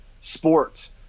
Sports